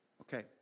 Okay